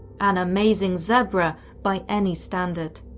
an amazing zebra by any standard.